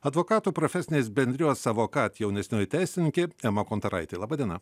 advokatų profesinės bendrijos savo kad jaunesnioji teisininkė ema kontaraitė laba diena